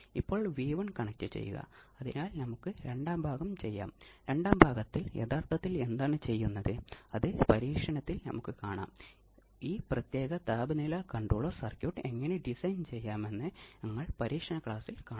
ഇപ്പോൾ നമുക്ക് ഫീഡ്ബാക്ക് ഉപയോഗിച്ചിട്ടുണ്ടോ ഇല്ലയോ എന്നതിനെ അടിസ്ഥാനമാക്കി നോക്കാം